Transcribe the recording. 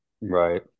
Right